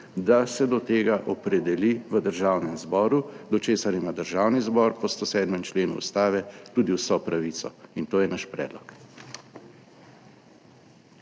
da se do tega opredeli v Državnem zboru, do česar ima Državni zbor po 107. členu Ustave tudi vso pravico in to je naš predlog.